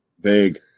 vague